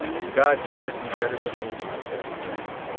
and god guard you better than me, my best friend.